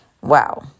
Wow